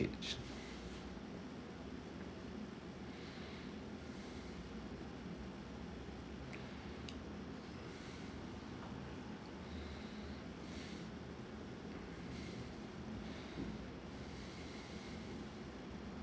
it's